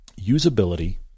usability